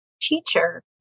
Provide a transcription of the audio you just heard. teacher